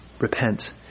repent